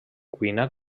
cuina